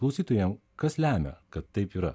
klausytojam kas lemia kad taip yra